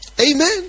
Amen